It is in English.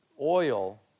oil